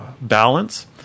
balance